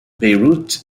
beirut